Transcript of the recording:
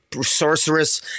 sorceress